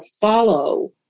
follow